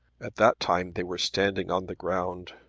at that time they were standing on the ground.